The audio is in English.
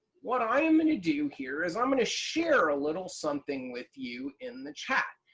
what i am going to do here is i'm going to share a little something with you in the chat,